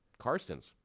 Karstens